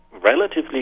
relatively